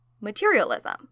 materialism